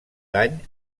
dany